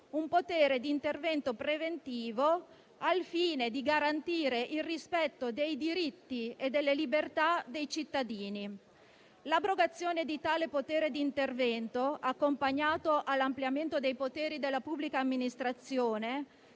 un potere di intervento preventivo al fine di garantire il rispetto dei diritti e delle libertà dei cittadini. L'abrogazione di tale potere di intervento, accompagnato all'ampliamento dei poteri della pubblica amministrazione,